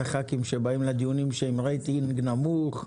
הח"כים שבאים לדיונים שעם רייטינג נמוך,